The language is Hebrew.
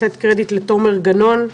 לתת קרדיט לתומר גנון,